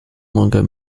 longer